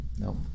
No